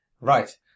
Right